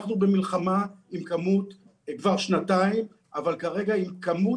אנחנו במלחמה כבר שנתיים אבל כרגע עם מספר